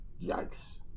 Yikes